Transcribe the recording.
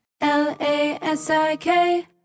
L-A-S-I-K